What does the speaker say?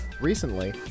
recently